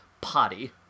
potty